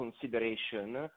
consideration